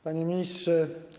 Panie Ministrze!